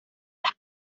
las